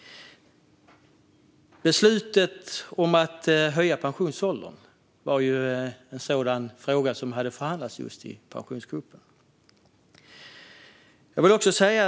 Beslutet om att höja pensionsåldern gällde en fråga som hade förhandlats just i Pensionsgruppen.